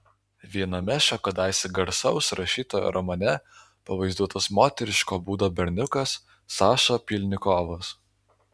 viename šio kadaise garsaus rašytojo romane pavaizduotas moteriško būdo berniukas saša pylnikovas